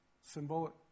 symbolic